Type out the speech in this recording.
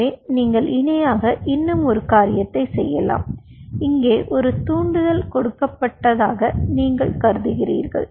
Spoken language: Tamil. எனவே நீங்கள் இணையாக இன்னும் ஒரு காரியத்தைச் செய்யலாம் இங்கே ஒரு தூண்டுதல் கொடுக்கப்பட்டதாக நீங்கள் கருதுகிறீர்கள்